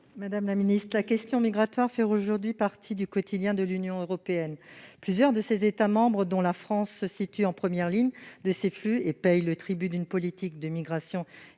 Madame la ministre, la question migratoire fait aujourd'hui partie du quotidien de l'Union européenne. Plusieurs de ses États membres, dont la France, se situent en première ligne de ces flux, et payent le tribut d'une politique de migration et